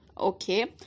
okay